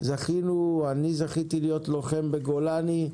אני זכיתי להיות לוחם בגולני,